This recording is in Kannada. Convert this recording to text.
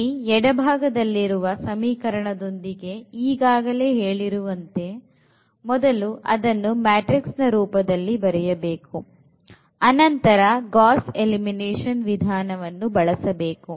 ಇಲ್ಲಿ ಎಡಭಾಗದಲ್ಲಿರುವ ಸಮೀಕರಣದೊಂದಿಗೆ ಈಗಾಗಲೇ ಹೇಳಿರುವಂತೆ ಮೊದಲು ಅದನ್ನು ಮ್ಯಾಟ್ರಿಕ್ಸ್ ರೂಪದಲ್ಲಿ ಬರೆಯಬೇಕು ಅನಂತರ ಗಾಸ್ ಎಲಿಮಿನೇಷನ್ ವಿಧಾನವನ್ನು ಬಳಸಬೇಕು